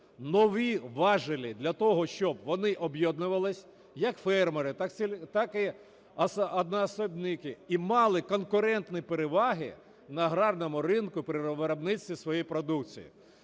нові важелі для того, щоб вони об'єднувались, як фермери, так і одноосібники, і мали конкурентні переваги на аграрному ринку при виробництві своєї продукції.